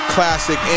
Classic